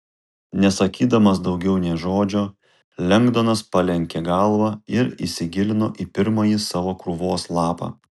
nesakydamas daugiau nė žodžio lengdonas palenkė galvą ir įsigilino į pirmąjį savo krūvos lapą